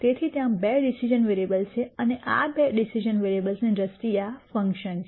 તેથી ત્યાં બે ડિસિઝન વેરીએબલ્સ છે અને આ બે ડિસિઝન વેરીએબલ્સની દ્રષ્ટિએ આ ફંકશન છે